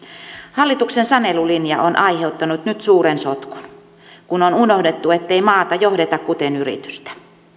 hallituksen sanelulinja on aiheuttanut nyt suuren sotkun kun on unohdettu ettei maata johdeta kuten yritystä